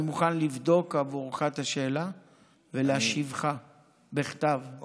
אני מוכן לבדוק עבורך את השאלה ולהשיבך בכתב.